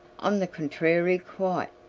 on the contrary quite,